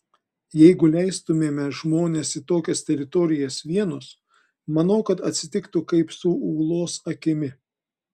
jeigu leistumėme žmones į tokias teritorijas vienus manau kad atsitiktų kaip su ūlos akimi